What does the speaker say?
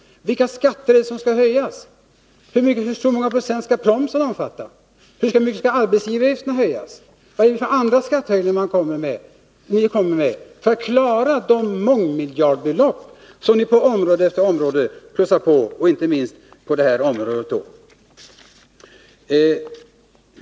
Vilka skatter skall höjas? Hur många procent skall promsen omfatta? Hur mycket skall arbetsgivaravgifterna höjas? Vilka andra skattehöjningar kommer ni med, för att klara de mångmiljardbelopp som ni på område efter område plussar på, och inte minst på detta område?